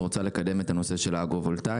רוצה לקדם את הנושא של האגרו-וולטאי.